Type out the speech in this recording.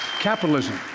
capitalism